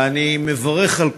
ואני מברך על כך,